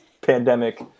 pandemic